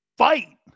Fight